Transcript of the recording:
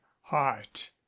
heart